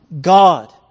God